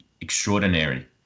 extraordinary